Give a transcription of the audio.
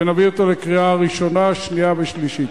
ונביא אותו לקריאה ראשונה, שנייה ושלישית.